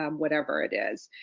um whatever it is.